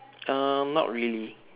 uh not really